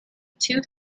two